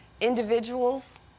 individuals